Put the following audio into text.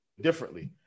differently